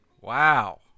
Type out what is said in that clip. Wow